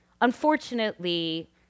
Unfortunately